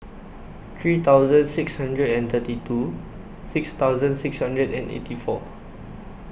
three thousand six hundred and thirty two six thousand six hundred and eighty four